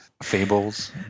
Fables